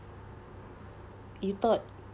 you thought